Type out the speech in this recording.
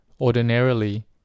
Ordinarily